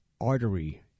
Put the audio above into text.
artery—